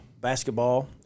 basketball